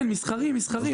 כן, מסחרי, מסחרי.